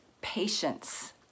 patience